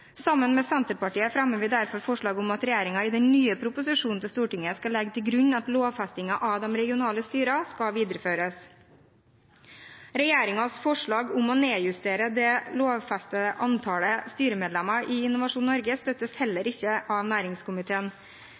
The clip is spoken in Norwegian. Sammen med Senterpartiet fremmer vi derfor forslag om at regjeringen i den nye proposisjonen til Stortinget skal legge til grunn at lovfestingen av de regionale styrene skal videreføres. Regjeringens forslag om å nedjustere det lovfestede antallet styremedlemmer i Innovasjon Norge støttes heller ikke av næringskomiteen.